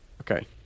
Okay